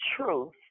truth